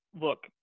Look